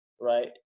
right